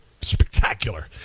spectacular